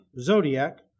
Zodiac